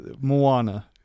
Moana